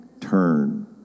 turn